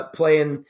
playing